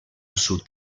sud